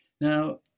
Now